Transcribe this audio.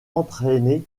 entraîné